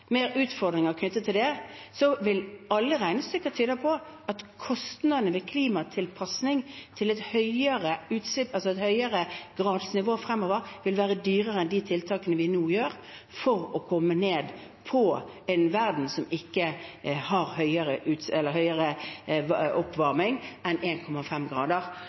utfordringer knyttet til det – vil alle regnestykker tyde på at kostnadene ved klimatilpasning til et høyere gradsnivå fremover vil være større enn kostnadene ved de tiltakene vi nå gjør for å få en verden som ikke har høyere